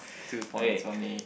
two points on me